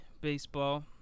baseball